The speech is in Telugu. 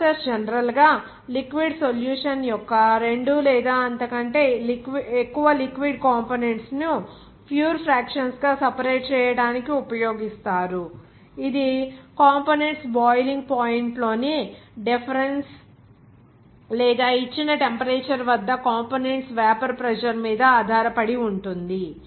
ఈ ప్రాసెస్ జనరల్ గా లిక్విడ్ సొల్యూషన్ యొక్క రెండు లేదా అంతకంటే ఎక్కువ లిక్విడ్ కంపోనెంట్స్ ను ప్యూర్ ఫ్రాక్షన్స్ గా సెపరేట్ చేయడానికి ఉపయోగిస్తారు ఇది కంపోనెంట్స్ బాయిలింగ్ పాయింట్ లోని డిఫరెన్స్ లేదా ఇచ్చిన టెంపరేచర్ వద్ద కంపోనెంట్స్ వేపర్ ప్రెజర్ మీద ఆధారపడి ఉంటుంది